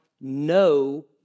no